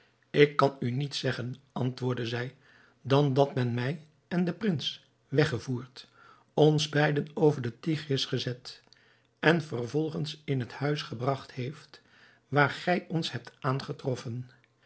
ik kan u niets zeggen antwoordde zij dan dat men mij en den prins weggevoerd ons beiden over den tigris gezet en vervolgens in het huis gebragt heeft waar gij ons hebt aangetroffen